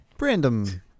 Random